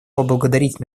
поблагодарить